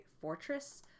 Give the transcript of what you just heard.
Fortress